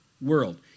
world